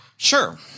Sure